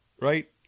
right